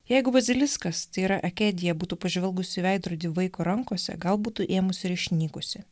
jeigu baziliskas tai yra akedija būtų pažvelgus į veidrodį vaiko rankose gal būtų ėmus ir išnykusi